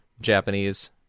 Japanese